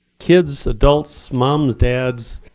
kids, adults, moms, dads,